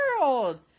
world